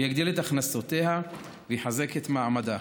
יגדיל את הכנסותיה ויחזק את מעמדה.